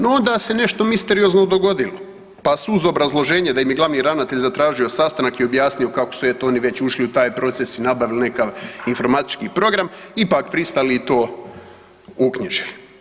No, onda se nešto misteriozno dogodilo, pa su uz obrazloženje da im je glavni ravnatelj zatražio sastanak i objasnio kako su eto oni već ušli u taj proces i nabavili neki informatički program ipak pristali i to uknjižili.